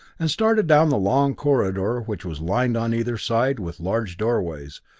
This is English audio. and started down the long corridor which was lined on either side with large doorways,